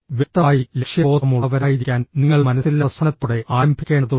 വ്യക്തമായി ലക്ഷ്യബോധമുള്ളവരായിരിക്കാൻ നിങ്ങൾ മനസ്സിൽ അവസാനത്തോടെ ആരംഭിക്കേണ്ടതുണ്ട്